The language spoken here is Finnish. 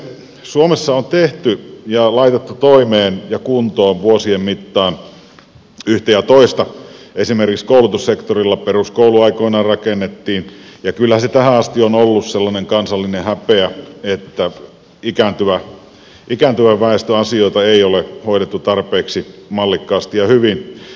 suomessa on tehty ja laitettu toimeen ja kuntoon vuosien mittaan yhtä ja toista esimerkiksi koulutussektorilla peruskoulu aikoinaan rakennettiin ja kyllä se tähän asti on ollut sellainen kansallinen häpeä että ikääntyvän väestön asioita ei ole hoidettu tarpeeksi mallikkaasti ja hyvin